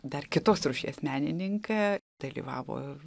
dar kitos rūšies menininką dalyvavo